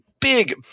big